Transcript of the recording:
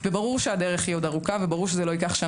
אבל ברוב מגרשי הכדורגל במדינת ישראל